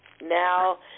Now